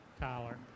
Tyler